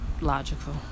logical